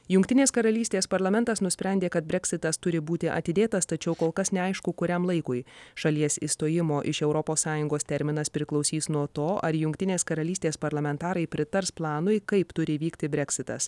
jungtinės karalystės parlamentas nusprendė kad breksitas turi būti atidėtas tačiau kol kas neaišku kuriam laikui šalies išstojimo iš europos sąjungos terminas priklausys nuo to ar jungtinės karalystės parlamentarai pritars planui kaip turi įvykti breksitas